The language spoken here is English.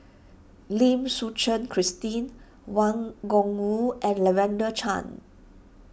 Lim Suchen Christine Wang Gungwu and Lavender Chang